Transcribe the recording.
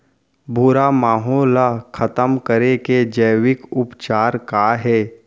भूरा माहो ला खतम करे के जैविक उपचार का हे?